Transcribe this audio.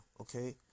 okay